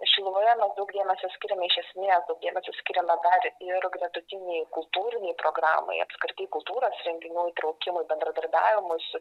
šiluvoje mes daug dėmesio skiriame iš esmės daug dėmesio skiriame dar ir gretutinei kultūrinei programai apskritai kultūros renginių įtraukimui bendradarbiavimui su